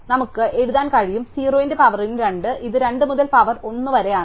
അതിനാൽ നമുക്ക് എഴുതാൻ കഴിയും 0 ന്റെ പവറിന് 2 ഇത് 2 മുതൽ പവർ 1 വരെയാണ്